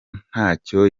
ntacyo